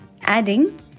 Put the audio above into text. adding